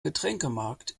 getränkemarkt